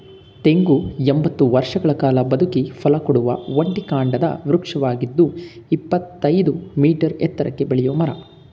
ತೆಂಗು ಎಂಬತ್ತು ವರ್ಷಗಳ ಕಾಲ ಬದುಕಿ ಫಲಕೊಡುವ ಒಂಟಿ ಕಾಂಡದ ವೃಕ್ಷವಾಗಿದ್ದು ಇಪ್ಪತ್ತಯ್ದು ಮೀಟರ್ ಎತ್ತರಕ್ಕೆ ಬೆಳೆಯೋ ಮರ